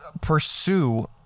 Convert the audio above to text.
pursue